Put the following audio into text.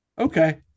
okay